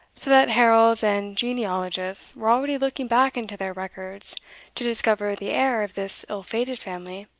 so that heralds and genealogists were already looking back into their records to discover the heir of this ill-fated family,